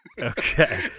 Okay